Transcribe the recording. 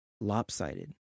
lopsided